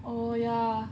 oh ya